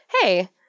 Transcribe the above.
hey